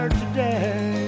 today